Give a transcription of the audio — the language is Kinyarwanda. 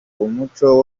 umuco